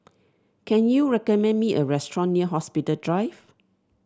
can you recommend me a restaurant near Hospital Drive